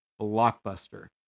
blockbuster